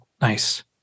Nice